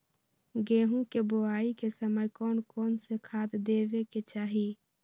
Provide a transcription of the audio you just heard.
गेंहू के बोआई के समय कौन कौन से खाद देवे के चाही?